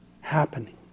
happening